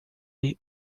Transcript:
lhe